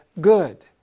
good